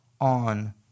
on